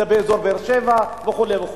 זה באזור באר-שבע וכו' וכו'.